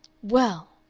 well!